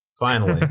finally.